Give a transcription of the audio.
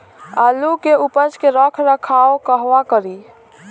आलू के उपज के रख रखाव कहवा करी?